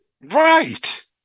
Right